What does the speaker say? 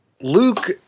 luke